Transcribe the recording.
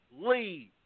leave